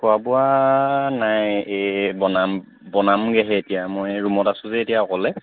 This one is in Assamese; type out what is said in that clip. খোৱা বোৱা নাই এই বনাম বনামগৈহে এতিয়া মই ৰুমত আছো যে এতিয়া অকলে